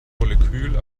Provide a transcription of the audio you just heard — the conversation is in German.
molekül